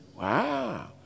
Wow